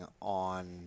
on